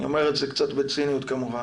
אני אומר את זה קצת בציניות כמובן.